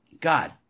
God